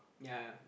ya